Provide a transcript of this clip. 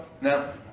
No